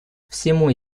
всему